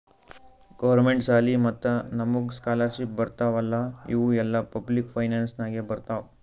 government ಸಾಲಿ ಮತ್ತ ನಮುಗ್ ಸ್ಕಾಲರ್ಶಿಪ್ ಬರ್ತಾವ್ ಅಲ್ಲಾ ಇವು ಎಲ್ಲಾ ಪಬ್ಲಿಕ್ ಫೈನಾನ್ಸ್ ನಾಗೆ ಬರ್ತಾವ್